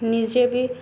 ନିଜେ ବି